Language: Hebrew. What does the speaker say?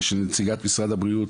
יש נציגת משרד הבריאות,